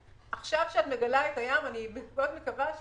עכשיו כשאת מגלה את הים אני מקווה מאוד